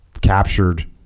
captured